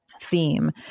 theme